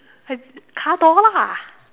I car door lah